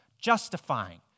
justifying